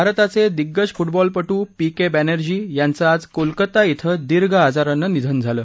भारताचे दिग्गज फुटबॉलपटू पी के बॅनर्जी यांचं आज कोलकाता धिं दीर्घ आजारानं निधन झालं